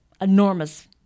enormous